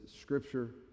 scripture